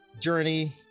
journey